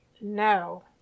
No